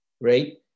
right